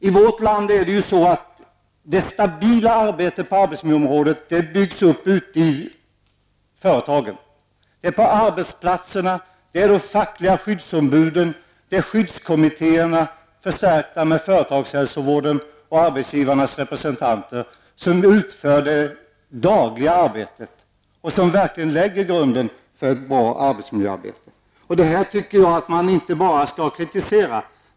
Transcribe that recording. I vårt land byggs det stabila arbetet på arbetsmiljöområdet upp ute i företagen. Det är på arbetsplatserna, det är de fackliga skyddsombuden, det är skyddskommittéerna, förstärkta med företagshälsovården, och arbetsgivarnas representanter som utför det dagliga arbetet och som verkligen lägger grunden för ett bra arbetsmiljöarbete. Det här tycker jag att man inte bara skall kritisera.